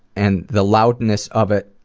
and the loudness of it,